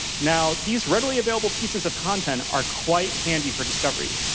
now, these readily available pieces of content are quite handy for discovery.